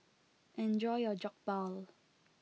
enjoy your Jokbal